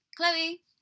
Chloe